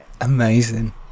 Amazing